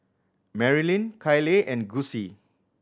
Marilyn Kyleigh and Gussie